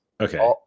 Okay